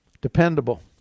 Dependable